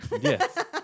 Yes